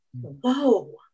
Whoa